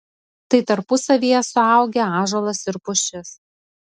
tai tarpusavyje suaugę ąžuolas ir pušis